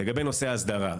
לגבי נושא ההסדרה.